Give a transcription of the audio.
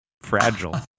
fragile